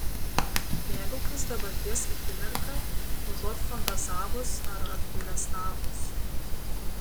mėgaukis dabarties akimirka užuot fantazavus ar apgailestavus